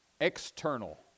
external